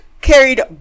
carried